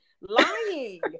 lying